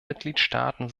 mitgliedstaaten